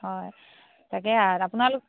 হয় তাকে আপোনালোক